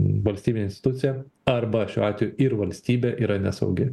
valstybinė institucija arba šiuo atveju ir valstybė yra nesaugi